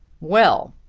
well!